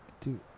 dude